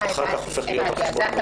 רק אחר כך זה הופך להיות על חשבון המדינה.